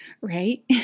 right